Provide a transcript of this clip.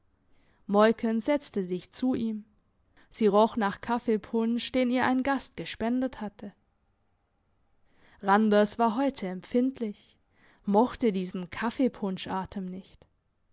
moiken setzte sich zu ihm sie roch nach kaffeepunsch den ihr ein gast gespendet hatte randers war heute empfindlich mochte diesen kaffeepunschatem nicht